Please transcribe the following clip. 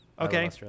Okay